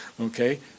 Okay